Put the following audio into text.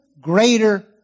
greater